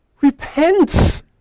Repent